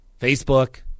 Facebook